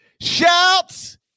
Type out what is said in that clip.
Shouts